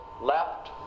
left